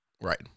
Right